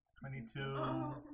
twenty-two